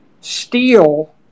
Steel